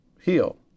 heal